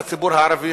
הציבור הערבי,